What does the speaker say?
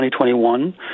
2021